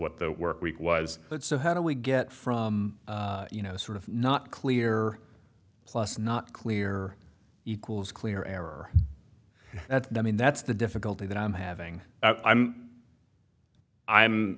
what the work week was so how do we get from you know sort of not clear plus not clear equals clear error that's the mean that's the difficulty that i'm having i'm i'm